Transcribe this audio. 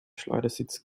schleudersitz